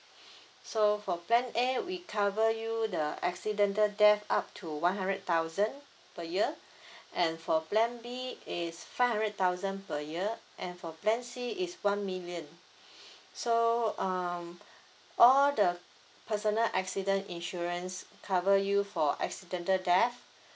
so for plan a we cover you the accidental death up to one hundred thousand per year and for plan B is five hundred thousand per year and for plan C is one million so um all the personal accident insurance cover you for accidental death